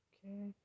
Okay